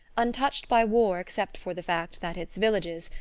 untouched by war except for the fact that its villages,